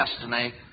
destiny